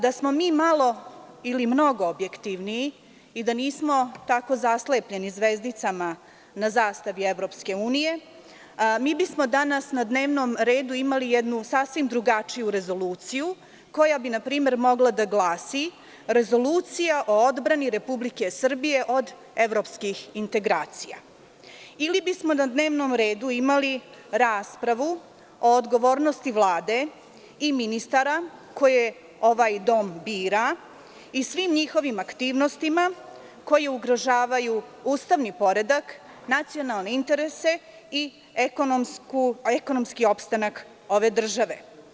Da smo mi malo ili mnogo objektivniji i da nismo tako zaslepljeni zvezdicama na zastavi EU, mi bismo danas na dnevnom redu imali jednu sasvim drugačiju rezoluciju koja bi, npr, mogla da glasi „Rezolucija o odbrani Republike Srbije od evropskih integracija“ ili bismo na dnevnom redu imali raspravu o odgovornosti Vlade i ministara koje ovaj dom bira i svim njihovim aktivnostima koje ugrožavaju ustavni poredak, nacionalne interese i ekonomski opstanak ove države.